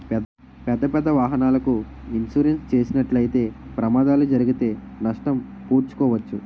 పెద్దపెద్ద వాహనాలకు ఇన్సూరెన్స్ చేసినట్లయితే ప్రమాదాలు జరిగితే నష్టం పూడ్చుకోవచ్చు